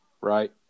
right